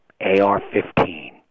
AR-15